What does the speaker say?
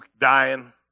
dying